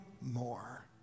more